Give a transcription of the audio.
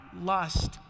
lust